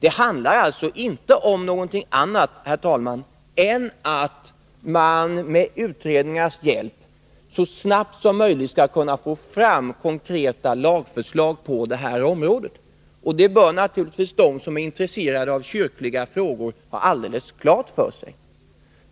Det handlar alltså inte om någonting annat än att man med utredningars hjälp så snabbt som möjligt skall kunna få fram konkreta lagförslag på det här området. Det bör de som är intresserade av kyrkliga frågor ha alldeles klart för sig.